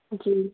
जी